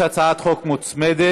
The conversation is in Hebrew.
הצעת חוק מוצמדת